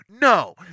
No